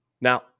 Now